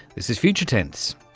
this is future tense.